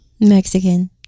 Mexican